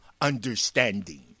understanding